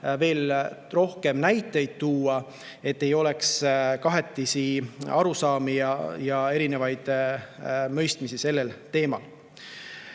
veel rohkem näiteid tuua, et ei oleks kahetisi arusaamu ja erinevat mõistmist. Paar